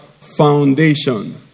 foundation